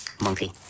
monkey